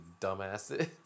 dumbasses